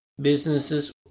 businesses